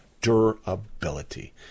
durability